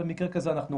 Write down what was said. במקרה כזה אנחנו